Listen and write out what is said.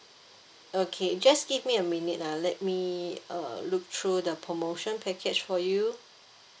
okay just give me a minute ah let me uh look through the promotion package for you